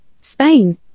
Spain